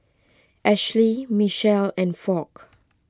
Ashly Micheal and Foch